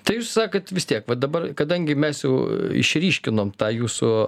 tai jūs sakot vis tiek va dabar kadangi mes jau išryškinom tą jūsų